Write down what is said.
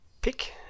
pick